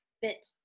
fit